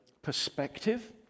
perspective